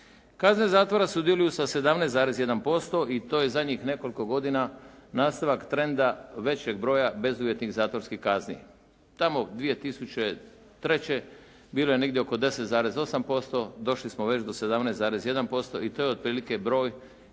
Kazne zatvora sudjeluju sa 17,1% i to je zadnjih nekoliko godina nastavak trenda veći od broja bezuvjetnih zatvorskih kazni. Tamo 2003. bilo je negdje oko 10,8%, došli smo već do 17,1% i to je otprilike broj